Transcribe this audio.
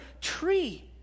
tree